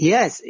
Yes